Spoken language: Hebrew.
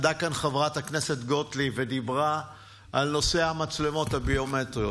עמדה כאן חברת הכנסת גוטליב ודיברה על נושא המצלמות הביומטריות.